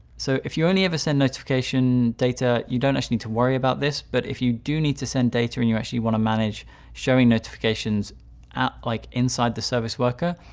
so if you only ever send notification data, you don't actually to worry about this. but if you do need to send data and you actually want to manage showing notifications like inside the service worker,